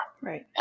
right